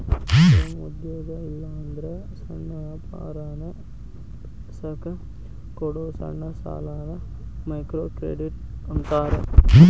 ಸ್ವಯಂ ಉದ್ಯೋಗ ಇಲ್ಲಾಂದ್ರ ಸಣ್ಣ ವ್ಯಾಪಾರನ ಬೆಳಸಕ ಕೊಡೊ ಸಣ್ಣ ಸಾಲಾನ ಮೈಕ್ರೋಕ್ರೆಡಿಟ್ ಅಂತಾರ